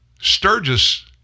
Sturgis